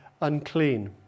unclean